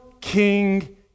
king